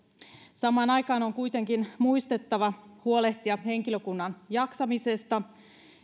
samaan aikaan on kuitenkin muistettava huolehtia henkilökunnan jaksamisesta